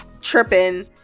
tripping